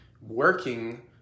working